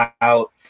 out